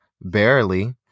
barely